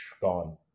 gone